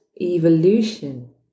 evolution